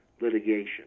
litigation